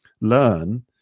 learn